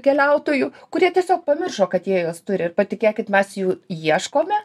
keliautojų kurie tiesiog pamiršo kad jie juos turi ir patikėkit mes jų ieškome